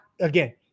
again